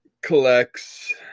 collects